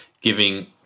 giving